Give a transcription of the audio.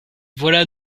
voilà